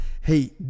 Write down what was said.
Hey